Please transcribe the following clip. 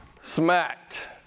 smacked